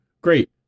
Great